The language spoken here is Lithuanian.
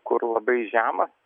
kur labai žemas